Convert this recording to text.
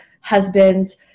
husband's